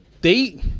they-